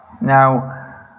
Now